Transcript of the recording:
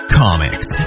comics